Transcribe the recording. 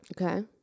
Okay